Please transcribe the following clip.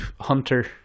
Hunter